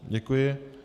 Děkuji.